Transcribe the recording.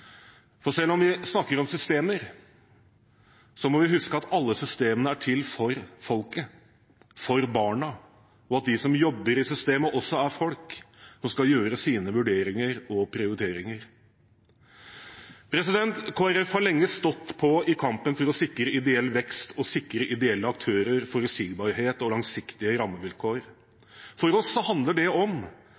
For selv om vi snakker om systemer, må vi huske at alle systemene er til for folket, for barna, og at de som jobber i systemet, også er folk som skal gjøre sine vurderinger og prioriteringer. Kristelig Folkeparti har lenge stått på i kampen for å sikre ideell vekst og sikre ideelle aktører forutsigbarhet og langsiktige rammevilkår. For oss handler det om